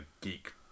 geek